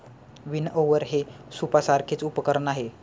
विनओवर हे सूपसारखेच उपकरण आहे